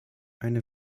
eine